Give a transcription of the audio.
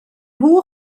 nhw